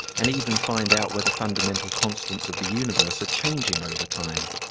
and even find out whether fundamental constants of the universe are changing over time.